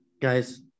guys